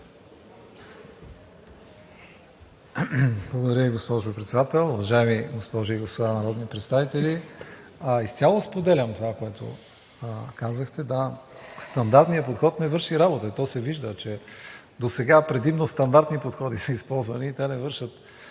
Благодаря Ви, госпожо Председател. Уважаеми госпожи господа народни представители! Изцяло споделям това, което казахте. Да, стандартният подход не върши работа. То се вижда, че досега предимно стандартни подходи са използвани и те не вършат